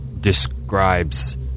describes